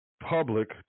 public